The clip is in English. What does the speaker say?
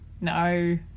No